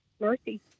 mercy